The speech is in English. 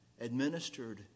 administered